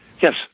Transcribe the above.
Yes